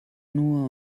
nur